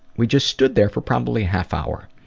we just stood there for probably half hour.